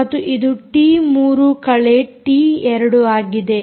ಮತ್ತು ಇದು ಟಿ3 ಕಳೆ ಟಿ2 ಆಗಿದೆ